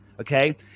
Okay